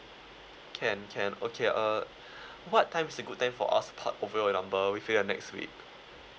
can can okay uh what time is a good time for us to port over your number within the next week